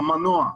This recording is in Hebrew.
המנוע.